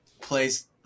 plays